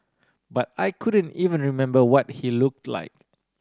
but I couldn't even remember what he look like